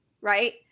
right